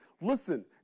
listen